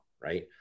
right